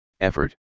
effort